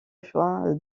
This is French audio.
choix